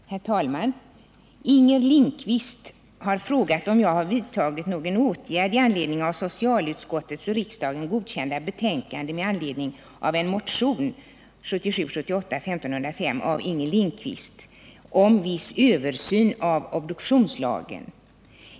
Herr talman! Inger Lindquist har frågat om jag har vidtagit någon åtgärd i anledning av socialutskottets av riksdagen godkända betänkande 1978 78:1505) av Inger Lindquist om viss översyn av obduktionslagen.